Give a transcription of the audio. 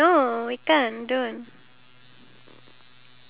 um sotong fishball soup